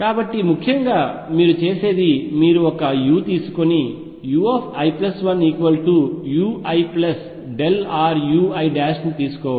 కాబట్టి ముఖ్యంగా మీరు చేసేది మీరు ఒక u తీసుకొని ui1uirui తీసుకోవడం